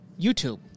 YouTube